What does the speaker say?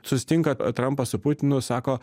susitinka trampas su putinu sako